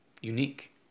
unique